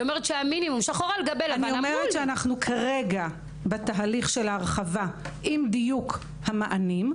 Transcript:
אני אומרת שאנחנו כרגע בתהליך של ההרחבה עם דיוק המענים,